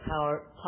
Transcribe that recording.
power